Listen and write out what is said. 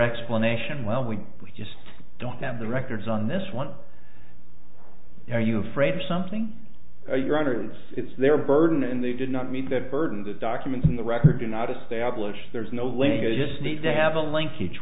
explanation well we we just don't have the records on this one are you afraid of something or your honor it's it's their burden and they did not meet that burden the documents in the record do not establish there's no way to go just need to have a link